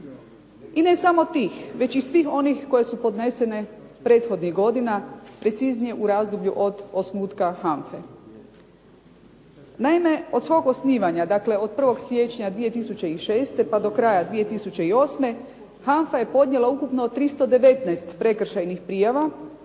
i ne samo tih, već i svih onih koje su podnesene prethodnih godina, preciznije u razdoblju od osnutka HANFA-e. Naime, od svog osnivanja, dakle od 1. siječnja 2006. pa do kraja 2008. HANFA je podnijela ukupno 319 prekršajnih prijava